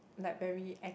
like very act